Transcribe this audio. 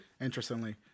interestingly